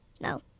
No